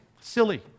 Silly